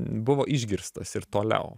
buvo išgirstas ir toliau